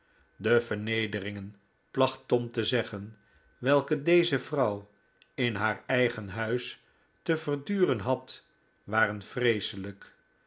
de vernederingen placht tom te zeggen welke deze vrouw in haar eigen huis te verduren had waren vreeselijk